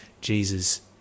Jesus